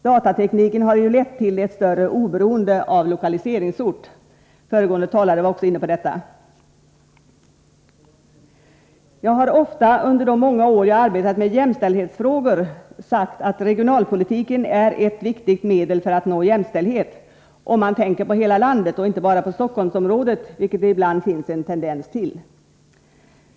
Datatekniken har ju lett till ett större oberoende av lokaliseringsort. Också föregående talare var inne på detta. Jag har ofta under de många år jag arbetat med jämställdhetsfrågor sagt att regionalpolitiken framstår som ett viktigt medel för att nå jämställdhet — om man tänker på hela landet och inte bara på Stockholmsområdet, vilket det ibland finns en tendens till.